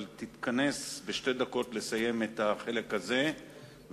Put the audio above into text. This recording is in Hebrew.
אבל תתכנס לסיים את החלק הזה בשתי דקות,